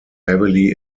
heavily